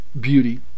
beauty